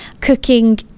cooking